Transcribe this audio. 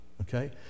Okay